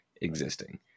existing